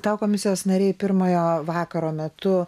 tau komisijos nariai pirmo vakaro metu